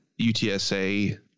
UTSA